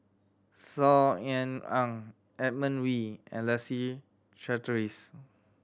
Saw Ean Ang Edmund Wee and Leslie Charteris